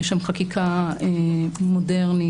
יש שם חקיקה מודרנית,